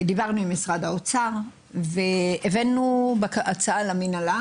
דיברנו עם משרד האוצר והבאנו הצעה למנהלה